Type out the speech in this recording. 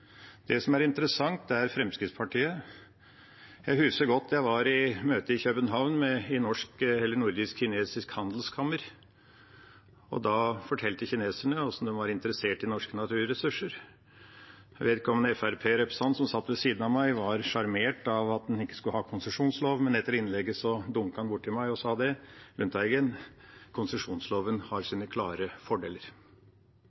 Det som er interessant, er Fremskrittspartiet. Jeg husker godt jeg var i møte i København i norsk-kinesisk handelskammer. Da fortalte kineserne hvordan de var interessert i norske naturressurser. Jeg vet ikke om Fremskrittsparti-representanten som satt ved siden av meg, var sjarmert av at en ikke skulle ha konsesjonslov, men etter innlegget dunket han borti meg og sa: Lundteigen, konsesjonsloven har